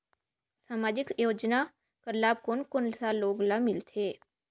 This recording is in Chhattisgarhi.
समाजिक योजना कर लाभ कोन कोन सा लोग ला मिलथे?